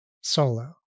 solo